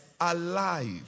alive